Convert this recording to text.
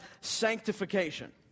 sanctification